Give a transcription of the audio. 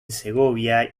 segovia